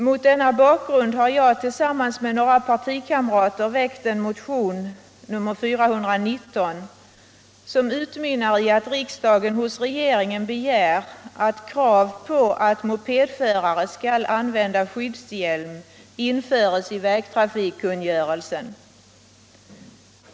Mot denna bakgrund har jag tillsammans med några partikamrater väckt motionen 1975/76:419, som utmynnar i att riksdagen hos regeringen begär att krav på att mopedförare skall använda skyddshjälm införs i vägtrafikkungörelsen.